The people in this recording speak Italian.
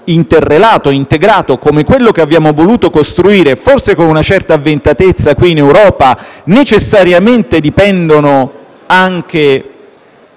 interrelato e integrato come quello che abbiamo voluto costruire (forse con una certa avventatezza) qui in Europa necessariamente dipendono anche